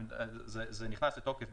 זה נכנס לתוקף,